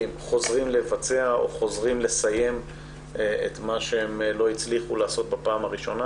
חוזרים לבצע אותן או חוזרים לסיים את מה שלא הצליחו לעשות בפעם הראשונה